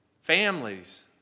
Families